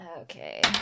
Okay